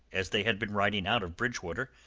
as they had been riding out of bridgewater,